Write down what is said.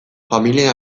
familien